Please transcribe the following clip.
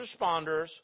responders